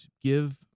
give